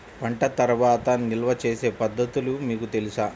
పంట తర్వాత నిల్వ చేసే పద్ధతులు మీకు తెలుసా?